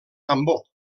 tambor